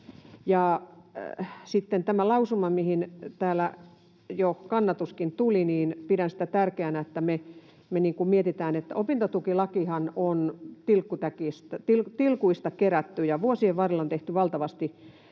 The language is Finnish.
tämä lausuma, mihin täällä jo kannatuskin tuli: Pidän sitä tärkeänä, että me mietitään sitä. Opintotukilakihan on tilkuista kerätty, ja vuosien varrella siihen on tehty valtavasti